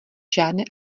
žádné